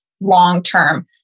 long-term